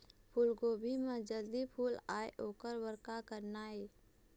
फूलगोभी म जल्दी फूल आय ओकर बर का करना ये?